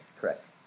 Correct